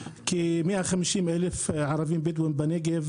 קרי, 150,000 ערבים בדואים בנגב